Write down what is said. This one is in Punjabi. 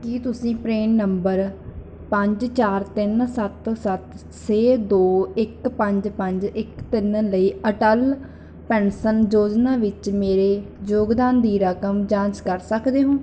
ਕੀ ਤੁਸੀਂ ਪਰੇਨ ਨੰਬਰ ਪੰਜ ਚਾਰ ਤਿੰਨ ਸੱਤ ਸੱਤ ਛੇ ਦੋ ਇੱਕ ਪੰਜ ਪੰਜ ਇੱਕ ਤਿੰਨ ਲਈ ਅਟਲ ਪੈਨਸ਼ਨ ਯੋਜਨਾ ਵਿੱਚ ਮੇਰੇ ਯੋਗਦਾਨ ਦੀ ਰਕਮ ਜਾਂਚ ਕਰ ਸਕਦੇ ਹੋ